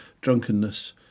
drunkenness